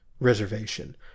reservation